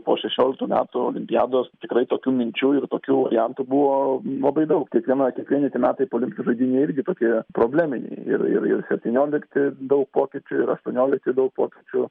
po šešioliktų metų olimpiados tikrai tokių minčių ir tokių variantų buvo labai daug tiek vienoj tiek vieni metai po olimpinių žaidynių irgi tokie probleminiai ir ir ir septyniolikti daug pokyčių ir aštuoniolikti daug pokyčių